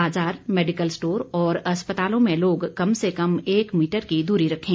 बाजार medical store और अस्पतालों में लोग कम से कम एक मीटर की दूरी रखें